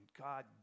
God